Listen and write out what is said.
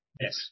Yes